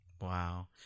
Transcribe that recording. Wow